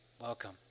Welcome